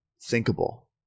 thinkable